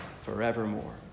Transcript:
forevermore